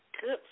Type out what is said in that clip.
good